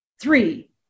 Three